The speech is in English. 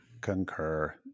Concur